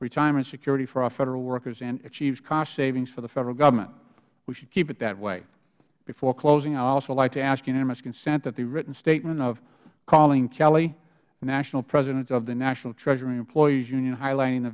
retirement security for our federal workers and achieves cost savings for the federal government we should keep it that way before closing i would also like to ask unanimous consent that the written statement of colleen kelly national president of the national treasury employees union highlighting the